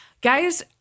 guys